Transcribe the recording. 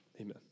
amen